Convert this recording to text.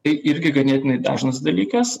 tai irgi ganėtinai dažnas dalykas